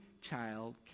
child